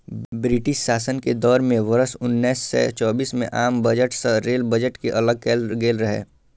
British शासन के दौर मे वर्ष उन्नैस सय चौबीस मे आम बजट सं रेल बजट कें अलग कैल गेल रहै